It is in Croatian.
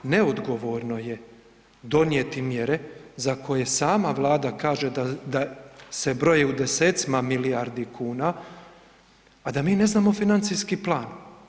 Neodgovorno je donijeti mjere za koje sama Vlada kaže da se broje u 10-cima milijardi kuna, a da mi ne znamo financijski plan.